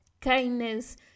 kindness